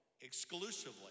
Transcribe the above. exclusively